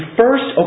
first